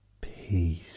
Peace